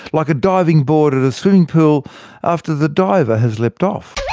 like a diving board at a swimming pool after the diver has leapt off.